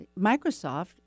Microsoft